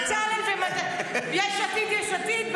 בינתיים נשארים ביש עתיד --- יש עתיד, יש עתיד.